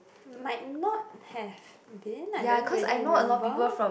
might not have been I didn't really member